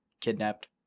kidnapped